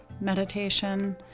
meditation